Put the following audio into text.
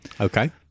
okay